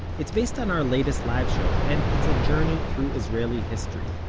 it's based on our latest live show, and it's a journey through israeli history,